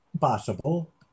Possible